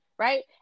right